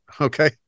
okay